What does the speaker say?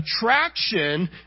attraction